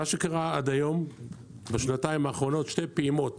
עד היום בשנתיים האחרונות שתי פעימות